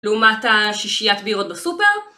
לעומת שישיית בירות בסופר